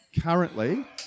currently